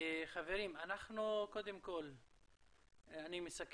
חברים, אני מסכם.